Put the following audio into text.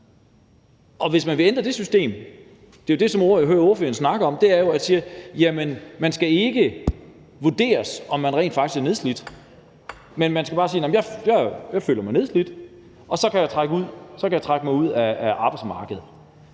kan man sige, har borgerne ikke. Det, som jeg hører ordføreren snakke om, er jo, at man ikke skal vurderes, om man rent faktisk er nedslidt, men man skal bare sige: Jeg føler mig nedslidt. Så kan man trække sig ud af arbejdsmarkedet,